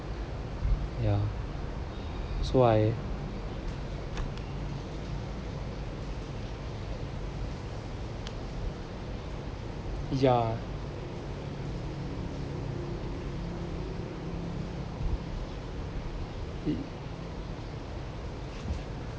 ya so I ya